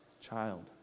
child